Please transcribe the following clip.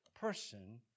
person